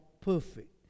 perfect